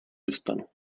dostanu